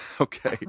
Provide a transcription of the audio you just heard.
okay